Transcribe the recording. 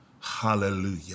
Hallelujah